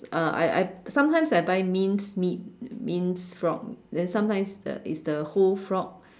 uh I I sometime I buy minced meat minced frog then sometime uh is the is the whole frog